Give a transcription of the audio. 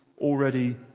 already